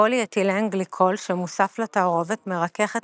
פוליאתילן גליקול שמוסף לתערובת מרכך את